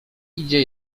idzie